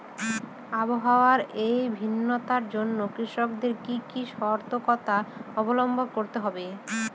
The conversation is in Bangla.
আবহাওয়ার এই ভিন্নতার জন্য কৃষকদের কি কি সর্তকতা অবলম্বন করতে হবে?